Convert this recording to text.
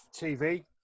TV